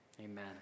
Amen